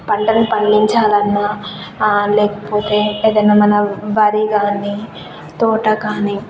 పంటలు పండించాలన్నా లేకపోతే ఏమన్నా వరి కాని తోట కానీ